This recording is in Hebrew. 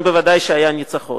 כאן בוודאי היה ניצחון.